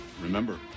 Remember